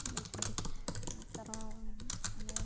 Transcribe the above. ଦେଇଛନ୍ତି କାରଣ ଆମେ